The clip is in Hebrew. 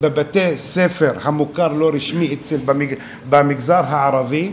בבתי-הספר המוכרים הלא-רשמיים במגזר הערבי,